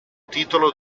titolo